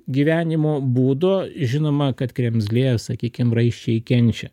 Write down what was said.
gyvenimo būdo žinoma kad kremzlės sakykim raiščiai kenčia